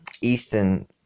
Eastern